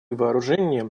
вооружения